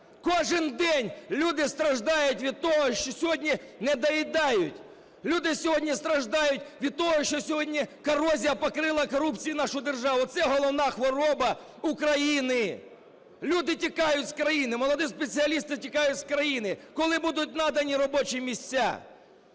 Кожен день люди страждають від того, що сьогодні недоїдають. Люди сьогодні страждають від того, що сьогодні корозією покрила корупція нашу державу, це головна хвороба України. Люди тікають з країни, молоді спеціалісти тікають з країни. Коли будуть надані робочі місця?